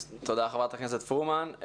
תודה לחברת הכנסת פרומן.